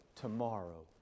tomorrow